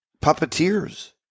puppeteers